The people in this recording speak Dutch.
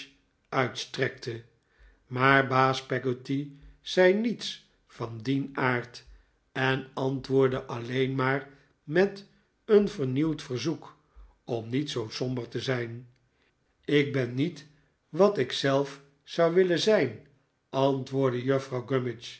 uitstrekte maar baas peggotty zei niets van dien aard en antwoordde alleen maar met een vernieuwd verzoek om niet zoo somber te zijn ik ben niet wat ik zelf wel zou willen zijn antwoordde juffrouw